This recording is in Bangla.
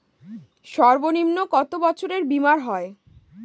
সর্বনিম্ন কত বছরের বীমার হয়?